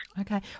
Okay